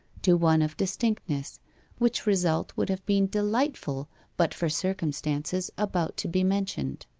to one of distinctness which result would have been delightful but for circumstances about to be mentioned.